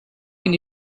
can